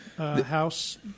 House